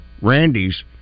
Randy's